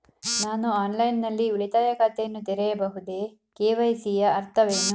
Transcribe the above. ನಾನು ಆನ್ಲೈನ್ ನಲ್ಲಿ ಉಳಿತಾಯ ಖಾತೆಯನ್ನು ತೆರೆಯಬಹುದೇ? ಕೆ.ವೈ.ಸಿ ಯ ಅರ್ಥವೇನು?